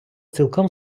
цілком